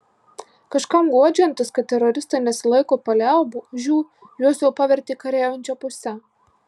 kažkam guodžiantis kad teroristai nesilaiko paliaubų žiū juos jau pavertė kariaujančia puse